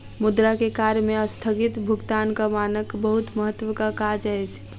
मुद्रा के कार्य में अस्थगित भुगतानक मानक बहुत महत्वक काज अछि